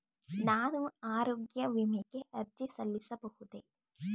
ನಾನು ಆರೋಗ್ಯ ವಿಮೆಗೆ ಅರ್ಜಿ ಸಲ್ಲಿಸಬಹುದೇ?